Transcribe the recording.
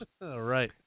right